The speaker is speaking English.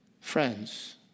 friends